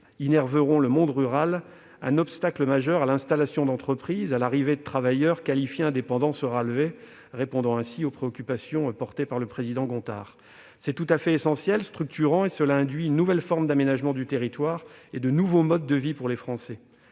5G innerveront le monde rural, un obstacle majeur à l'installation d'entreprises et à l'arrivée de travailleurs qualifiés indépendants sera levé, répondant ainsi aux préoccupations de M. Gontard. C'est tout à fait essentiel, structurant. Cela induit une nouvelle forme d'aménagement du territoire et de nouveaux modes de vie pour les Français.